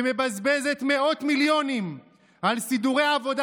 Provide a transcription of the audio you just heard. שמבזבזת מאות מיליונים על סידורי עבודה